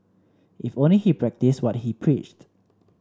if only he practised what he preached